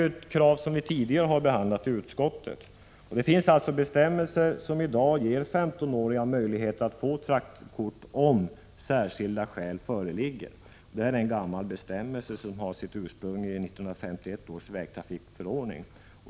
Utskottet har tidigare behandlat kravet. I dag finns det bestämmelser som ger 15-åringar möjlighet att få traktorkort, om särskilda skäl föreligger. Det här är en gammal bestämmelse som har sitt ursprung i 1951 års vägtrafikförordning.